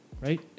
Right